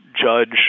judge